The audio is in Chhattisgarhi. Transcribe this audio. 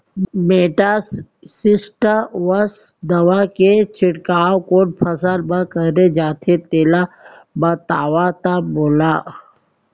मेटासिस्टाक्स दवा के छिड़काव कोन फसल म करे जाथे तेला बताओ त मोला?